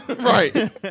right